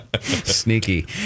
Sneaky